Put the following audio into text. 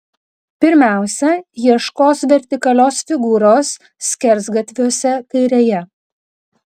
pirmiausia ieškos vertikalios figūros skersgatviuose kairėje